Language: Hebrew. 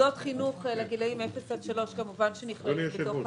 מוסדות חינוך לגילאי לידה עד שלוש כמובן נכללים בהגדרה.